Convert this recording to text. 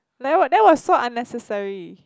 that was that was so unnecessary